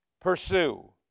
pursue